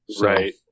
Right